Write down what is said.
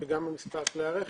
גם במספר כלי הרכב.